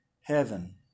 heaven